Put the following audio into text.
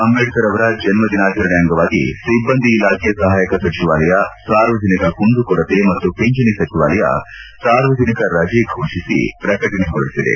ಅಂಬೇಡ್ತರ್ ಅವರ ಜನ್ನ ದಿನಾಚರಣೆ ಅಂಗವಾಗಿ ಸಿಬ್ಬಂದಿ ಇಲಾಖೆ ಸಹಾಯಕ ಸಚಿವಾಲಯ ಸಾರ್ವಜನಿಕ ಕುಂದುಕೊರತೆ ಮತ್ತು ಪಿಂಚಣಿ ಸಚಿವಾಲಯ ಸಾರ್ವಜನಿಕ ರಜೆ ಘೋಷಿಸಿ ಪ್ರಕಟಣೆ ಹೊರಡಿಸಿದೆ